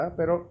Pero